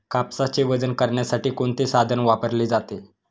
कापसाचे वजन करण्यासाठी कोणते साधन वापरले जाते?